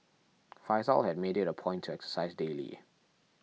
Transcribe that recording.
faizal had made it a point to exercise daily